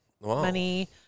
money